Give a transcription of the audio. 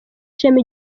ishema